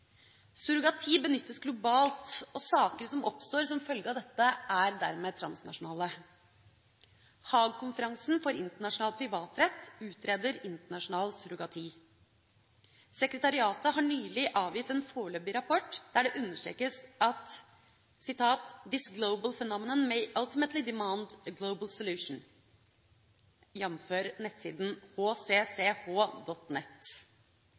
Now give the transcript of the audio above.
Surrogati benyttes globalt, og saker som oppstår som følge av dette, er dermed transnasjonale. Haag-konferansen for internasjonal privatrett utreder internasjonal surrogati. Sekretariatet har nylig avgitt en foreløpig rapport, der det understrekes at «this global phenomenon may ultimately demand a global solution», jf. nettsiden